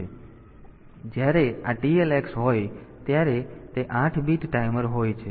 તેથી આ જ્યારે આ TLX હોય ત્યારે તે 8 બીટ ટાઈમર હોય છે